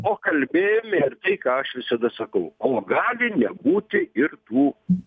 o kalbėjome ir tai ką aš visada sakau o gali nebūti ir tų